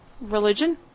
Religion